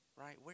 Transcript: Right